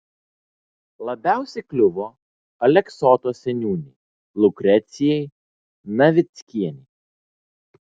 labiausiai kliuvo aleksoto seniūnei liukrecijai navickienei